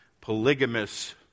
polygamous